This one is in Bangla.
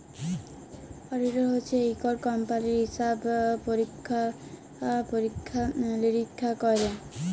অডিটর হছে ইকট কম্পালির হিসাব পরিখ্খা লিরিখ্খা ক্যরে